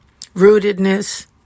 rootedness